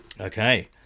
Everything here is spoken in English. Okay